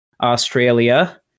Australia